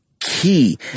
key